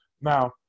Now